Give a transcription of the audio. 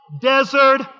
desert